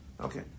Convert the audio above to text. Okay